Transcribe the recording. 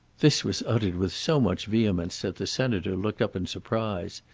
this was uttered with so much vehemence that the senator looked up in surprise.